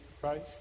Christ